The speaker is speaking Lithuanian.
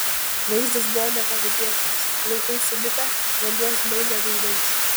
vaizdas buvo nepavydėtinas plaukai sulipę vanduo žliaugia veidais